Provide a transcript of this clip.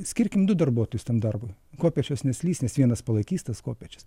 skirkim du darbuotojus tam darbui kopėčios neslys nes vienas palaikys tas kopėčias